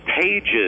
pages